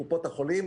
קופות החולים,